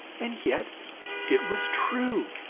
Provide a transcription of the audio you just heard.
and yet it was true.